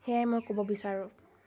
সেয়াই মই ক'ব বিচাৰোঁ